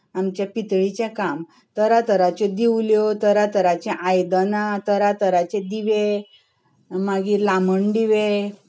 आमचे पितळीची काम तरा तराच्यो दिवल्यो तरा तरांची आयदनां तरां तरांचे दिवे मागीर लामणदिवे